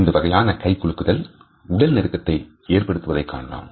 இந்த வகையான கைகுலுக்குதல் உடல் நெருக்கத்தை ஏற்படுவதைக் காணலாம்